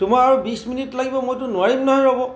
তোমাৰ আৰু বিছ মিনিট লাগিব মইতো নোৱাৰিম নহয় ৰ'ব